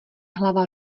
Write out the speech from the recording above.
hlava